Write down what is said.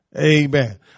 Amen